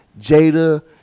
Jada